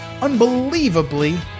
unbelievably